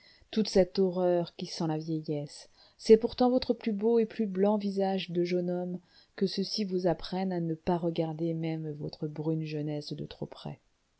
toute cette horreur qui sent la vieillesse c'est pourtant votre plus beau et plus blanc visage de jeune homme que ceci vous apprenne à ne pas regarder même votre brune jeunesse de trop près